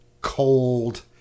cold